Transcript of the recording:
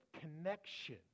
connection